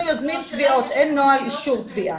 אנחנו יוזמים תביעות, אין נוהל אישור תביעה.